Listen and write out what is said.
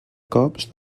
cops